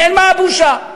נעלמה הבושה.